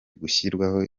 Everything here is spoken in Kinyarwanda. gushyirwaho